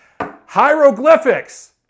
hieroglyphics